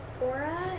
Aura